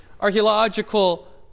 archaeological